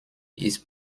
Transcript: ist